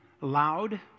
loud